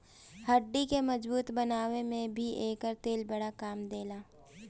हड्डी के मजबूत बनावे में भी एकर तेल बड़ा काम देला